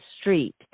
street